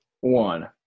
one